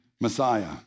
Messiah